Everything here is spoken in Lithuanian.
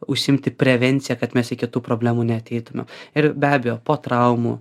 užsiimti prevencija kad mes iki tų problemų neateitumėm ir be abejo po traumų